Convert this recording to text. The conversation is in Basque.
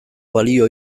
balio